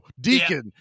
Deacon